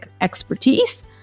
expertise